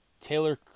Taylor